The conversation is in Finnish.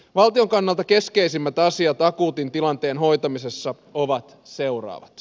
valtion kannalta keskeisimmät asiat akuutin tilanteen hoitamisessa ovat seuraavat